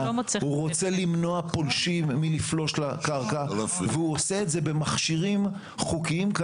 הוא רוצה למנוע פולשים מלפלוש לקרקע והוא עושה את זה במכשירים חוקיים,